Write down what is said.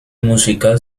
musical